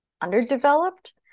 underdeveloped